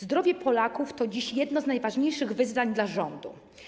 Zdrowie Polaków to dziś jedno z najważniejszych wyzwań dla rządu.